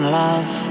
love